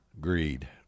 Greed